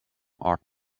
art